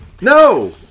No